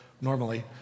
normally